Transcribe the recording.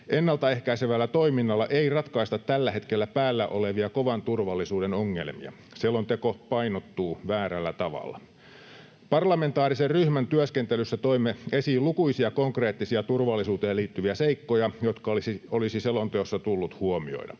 Ennaltaehkäisevällä toiminnalla ei ratkaista tällä hetkellä päällä olevia kovan turvallisuuden ongelmia. Selonteko painottuu väärällä tavalla. Parlamentaarisen ryhmän työskentelyssä toimme esiin lukuisia konkreettisia turvallisuuteen liittyviä seikkoja, jotka olisi selonteossa tullut huomioida.